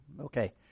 Okay